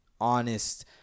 honest